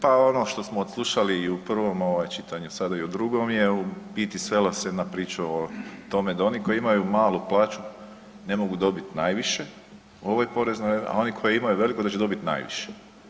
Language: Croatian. Pa ono što smo slušali i u prvom čitanju, i sada i u drugom je u biti svelo se na priču o tome da oni koji imaju plaću, ne mogu dobiti najviše u ovoj poreznoj, a oni koji imaju veliku da će dobiti najviše.